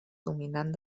dominant